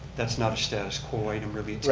that's not a status quo item really.